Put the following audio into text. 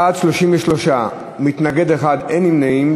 בעד, 33, מתנגד אחד, אין נמנעים.